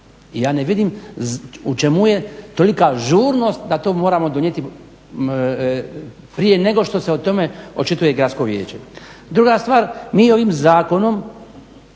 i ja ne vidim u čemu je tolika žurnost da to moramo donijeti prije nego što se o tome očituje Gradsko vijeće. Druga stvar, mi ovim zakonom